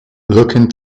looking